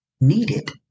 needed